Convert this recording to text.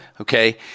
Okay